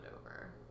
over